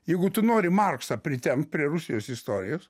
jeigu tu nori marksą pritempt prie rusijos istorijos